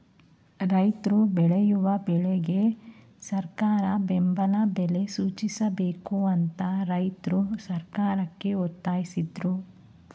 ರೈತ್ರು ಬೆಳೆಯುವ ಬೆಳೆಗಳಿಗೆ ಸರಕಾರ ಬೆಂಬಲ ಬೆಲೆ ಸೂಚಿಸಬೇಕು ಅಂತ ರೈತ್ರು ಸರ್ಕಾರಕ್ಕೆ ಒತ್ತಾಸಿದ್ರು